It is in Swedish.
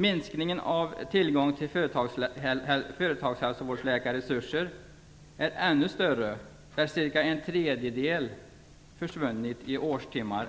Minskningen av tillgången till företagsläkarresurser är ännu större. Cirka en tredjedel har försvunnit, räknat i årstimmar.